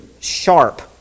sharp